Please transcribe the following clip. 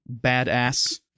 badass